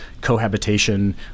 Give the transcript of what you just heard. cohabitation